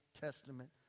Testament